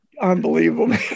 Unbelievable